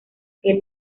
que